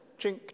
Chink